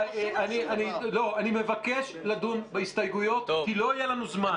אני מבקש לדון בהסתייגויות כי לא יהיה לנו זמן.